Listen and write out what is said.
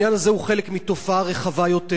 העניין הזה הוא חלק מתופעה רחבה יותר,